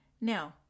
now